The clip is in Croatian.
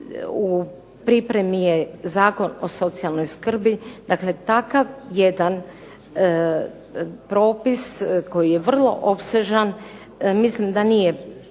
u pripremi je Zakon o socijalnoj skrbi, dakle takav jedan propis koji je vrlo opsežan, mislim da nije